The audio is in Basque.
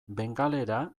bengalera